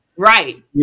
Right